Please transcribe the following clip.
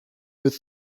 good